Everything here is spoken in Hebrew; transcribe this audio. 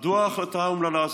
מדוע ההחלטה האומללה הזאת?